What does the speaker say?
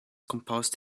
composed